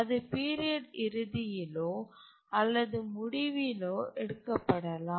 அது பீரியட் இறுதியிலோ அல்லது முடிவிலோ எடுக்கப்படலாம்